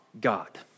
God